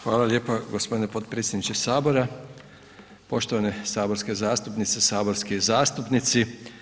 Hvala lijepa gospodine potpredsjedniče Sabora, poštovane saborske zastupnice, saborski zastupnici.